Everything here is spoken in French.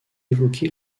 évoqué